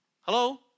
Hello